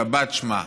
שבת שמה.